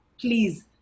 please